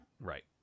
Right